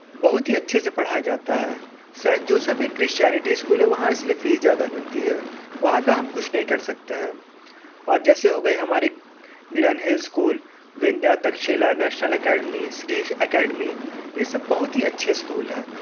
बहुत ही अच्छे से पढ़ाया जाता है सेंट जोसेफ एक क्रिश्चियरिटीज स्कूल है वहाँ इसलिए फीस ज़्यादा लगती है वहाँ का हम कुछ नहीं कर सकते है और जैसे हो गये हमारे school Vidya Takshashila national academy Shri academy ये सब बहुत ही अच्छे स्कूल है